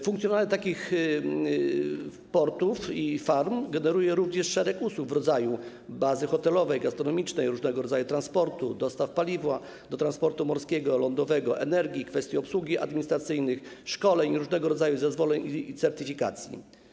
Funkcjonowanie takich portów i farm generuje również szereg usług: baza hotelowa, gastronomiczna, różnego rodzaju transport, dostawy paliwa do transportu morskiego, lądowego, energii, kwestia obsługi administracyjnej, szkoleń, różnego rodzaju zezwoleń i certyfikacji.